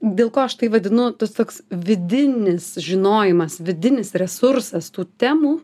dėl ko aš tai vadinu tas toks vidinis žinojimas vidinis resursas tų temų